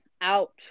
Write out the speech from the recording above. out